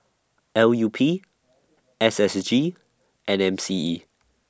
L U P S S G and M C E